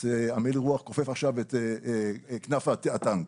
אז המעיל רוח כופף עכשיו את כנף הטנק.